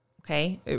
okay